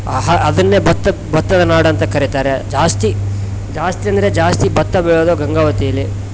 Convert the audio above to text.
ಆಹ ಅದನ್ನೆ ಭತ್ತಕ್ಕೆ ಭತ್ತದ ನಾಡು ಅಂತ ಕರಿತಾರೆ ಜಾಸ್ತಿ ಜಾಸ್ತಿ ಅಂದರೆ ಜಾಸ್ತಿ ಭತ್ತ ಬೆಳೆಯೋದು ಗಂಗಾವತಿಯಲ್ಲಿ